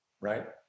right